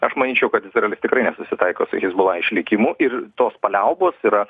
aš manyčiau kad izrealis tikrai nesusitaiko su hizbula išlikimu ir tos paliaubos yra